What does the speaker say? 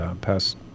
past